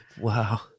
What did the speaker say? Wow